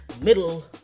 Middle